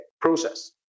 process